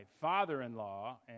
father-in-law